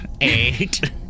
Eight